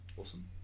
awesome